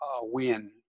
win